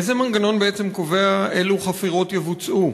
איזה מנגנון בעצם קובע אילו חפירות יבוצעו?